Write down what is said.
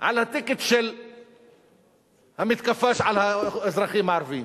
על ה"טיקט" של המתקפה על האזרחים הערבים,